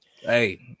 Hey